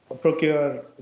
procure